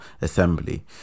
assembly